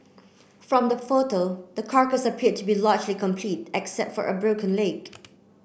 from the photo the carcass appear to be largely complete except for a broken leg